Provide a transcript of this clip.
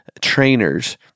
trainer's